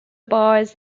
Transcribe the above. bars